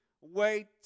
wait